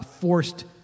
forced